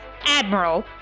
Admiral